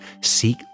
seek